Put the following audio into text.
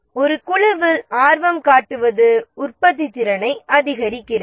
ஒரு குழுவில் ஆர்வம் காட்டுவது உற்பத்தித்திறனை அதிகரித்தது